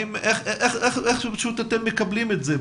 איך אתם מקבלים את זה?